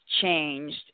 changed